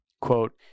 Quote